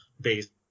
based